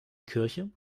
kirche